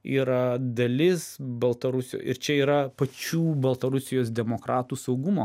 yra dalis baltarusių ir čia yra pačių baltarusijos demokratų saugumo